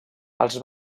els